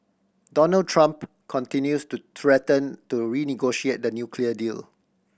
Donald Trump continues to threaten to renegotiate the nuclear deal